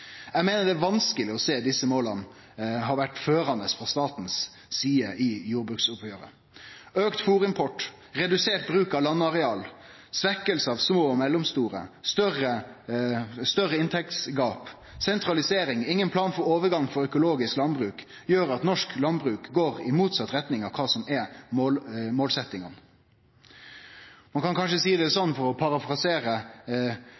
Eg meiner det er vanskeleg å sjå at desse måla har vore førande frå statens side i jordbruksoppgjeret. Auka fôrimport, redusert bruk av landareal, svekking av små og mellomstore bruk, større inntektsgap, sentralisering og ingen plan for overgang til økologisk landbruk gjer at norsk landbruk går i motsett retning av kva målsetjingane er. Ein kan kanskje seie det